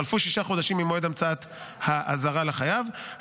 חלפו שישה חודשים ממועד המצאת האזהרה לחייב,